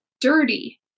dirty